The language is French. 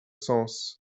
sens